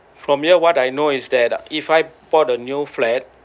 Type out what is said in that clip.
from here what I know is that if I bought a new flat